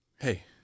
Hey